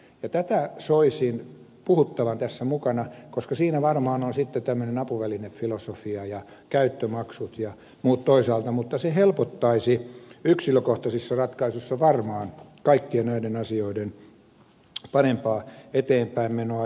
tästä soisin puhuttavan tässä mukana koska siinä varmaan on sitten tämmöinen apuvälinefilosofia ja käyttömaksut ja muut toisaalta mutta se helpottaisi yksilökohtaisissa ratkaisuissa varmaan kaikkien näiden asioiden parempaa eteenpäinmenoa